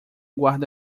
guarda